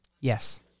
Yes